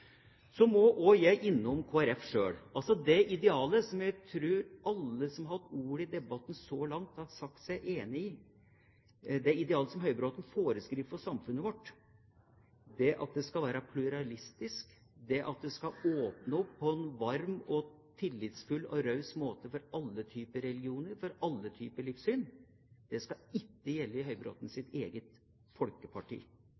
Så må også jeg innom Kristelig Folkeparti selv. Det idealet som jeg tror alle som har hatt ordet i debatten så langt, har sagt seg enig i – det idealet som Høybråten foreskriver for samfunnet vårt – et pluralistisk samfunn som skal åpne opp på en varm, tillitsfull og raus måte for alle typer religioner og for alle typer livssyn, skal ikke gjelde i